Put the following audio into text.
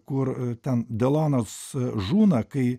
kur ten delonas žūna kai